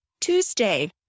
Tuesday